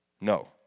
No